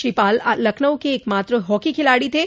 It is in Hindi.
श्री पाल लखनऊ के एकमात्र हॉकी खिलाड़ी थे